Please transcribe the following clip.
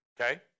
Okay